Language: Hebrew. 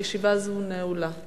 תועבר לדיון בוועדת הכספים של הכנסת.